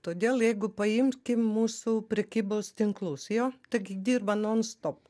todėl jeigu paimkim mūsų prekybos tinklus jo taigi dirba non stop